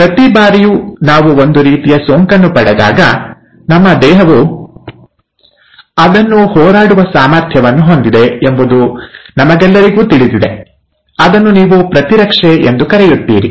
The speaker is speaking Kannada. ಪ್ರತಿ ಬಾರಿಯೂ ನಾವು ಒಂದು ರೀತಿಯ ಸೋಂಕನ್ನು ಪಡೆದಾಗ ನಮ್ಮ ದೇಹವು ಅದನ್ನು ಹೋರಾಡುವ ಸಾಮರ್ಥ್ಯವನ್ನು ಹೊಂದಿದೆ ಎಂಬುದು ನಮಗೆಲ್ಲರಿಗೂ ತಿಳಿದಿದೆ ಅದನ್ನು ನೀವು ʼಪ್ರತಿರಕ್ಷೆʼ ಎಂದು ಕರೆಯುತ್ತೀರಿ